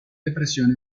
depresión